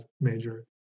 major